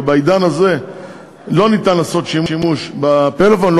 ובעידן הזה לא ניתן לעשות שימוש בפלאפון.